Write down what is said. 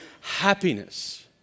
happiness